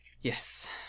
Yes